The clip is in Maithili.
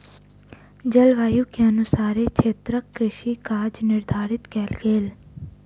जलवायु के अनुसारे क्षेत्रक कृषि काज निर्धारित कयल गेल